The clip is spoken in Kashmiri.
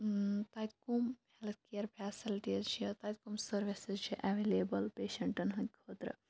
اۭں تَتہِ کٕم ہیٚلٕتھ کِیر فیسَلٹیٖز چھِ تَتہِ کٕم سٔروِسِز چھِ ایٚولیبٕل پیشَنٹَن ہِنٛدۍ خٲطرٕ